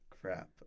Crap